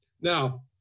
Now